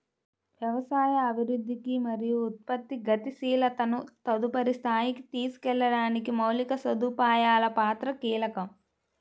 వ్యవసాయ అభివృద్ధికి మరియు ఉత్పత్తి గతిశీలతను తదుపరి స్థాయికి తీసుకెళ్లడానికి మౌలిక సదుపాయాల పాత్ర కీలకం